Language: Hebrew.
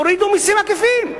תורידו מסים עקיפים,